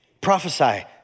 Prophesy